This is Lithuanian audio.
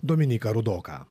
dominyką rudoką